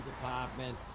Department